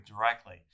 directly